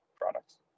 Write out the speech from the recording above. products